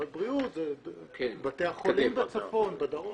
אבל בריאות כולל את בתי החולים בצפון ובדרום.